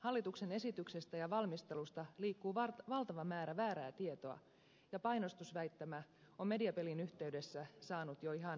hallituksen esityksestä ja valmistelusta liikkuu valtava määrä väärää tietoa ja painostusväittämä on mediapelin yhteydessä saanut jo ihan äärettömät mittasuhteet